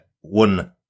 one